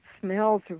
smells